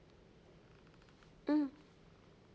mm